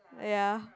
ya